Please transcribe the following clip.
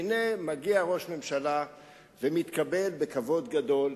והנה, מגיע ראש ממשלה ומתקבל בכבוד גדול